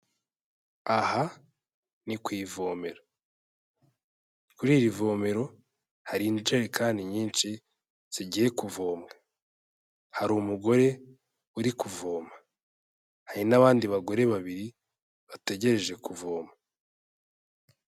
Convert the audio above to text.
Aha ni ku ivomero. Kuri iri vomero, hari injerekani nyinshi, zigiye kuvomwa. Hari umugore, uri kuvoma. Hari n'abandi bagore babiri, bategereje kuvoma.